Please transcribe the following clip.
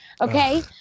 okay